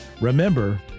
remember